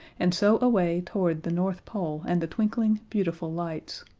and so away toward the north pole and the twinkling, beautiful lights.